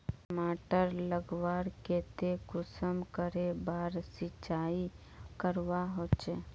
टमाटर उगवार केते कुंसम करे बार सिंचाई करवा होचए?